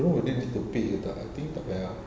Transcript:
you know they need to pay tahu tak I think tak payah